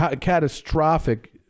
catastrophic